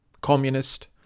communist